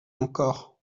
encore